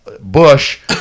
bush